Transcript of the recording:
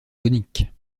coniques